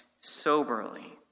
soberly